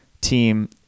team